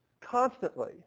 constantly